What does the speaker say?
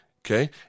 Okay